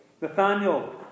Nathaniel